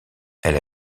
elle